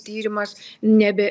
tyrimas nebe